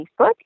Facebook